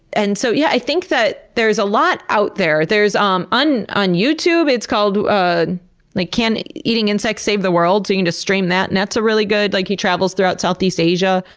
and so yeah i think that there's a lot out there. there's, um on on youtube, it's called ah like can eating insects save the world? you can just stream that and that's really good. like he travels throughout southeast asia.